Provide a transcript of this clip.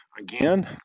again